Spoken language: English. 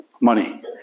money